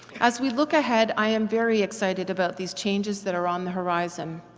as we look ahead, i am very excited about these changes that are on the horizon.